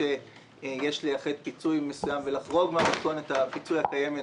שיש לייחד פיצוי מסוים ולחרוג ממתכונת הפיצוי הקיימת,